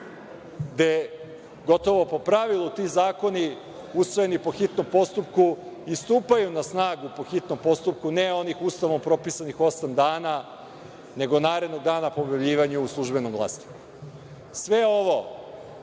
gde gotovo po pravilu ti zakonu, usvojeni po hitnom postupku, i stupaju na snagu po hitnom postupku, ne onih Ustavom propisanih osam dana, nego narednog dana po objavljivanju u „Službenom glasniku“.Sve ovo